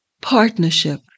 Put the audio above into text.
partnership